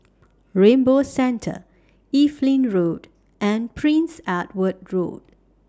Rainbow Centre Evelyn Road and Prince Edward Road